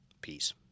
Peace